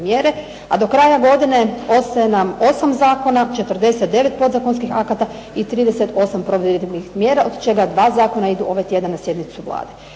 a do kraja godine ostaje nam 8 zakona, 49 podzakonskih akata i 38 provedbenih mjera od čega 2 zakona idu ovaj tjedan na sjednicu Vlade.